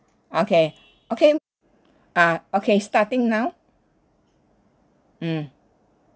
okay okay uh starting now mm